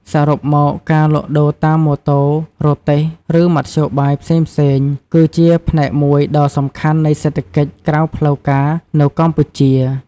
សរុបមក ការលក់ដូរតាមម៉ូតូ រទេះ ឬមធ្យោបាយផ្សេងៗ គឺជាផ្នែកមួយដ៏សំខាន់នៃសេដ្ឋកិច្ចក្រៅផ្លូវការនៅកម្ពុជា។